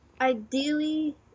ideally